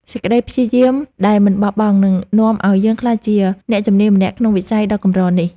សេចក្តីព្យាយាមដែលមិនបោះបង់នឹងនាំឱ្យយើងក្លាយជាអ្នកជំនាញម្នាក់ក្នុងវិស័យដ៏កម្រនេះ។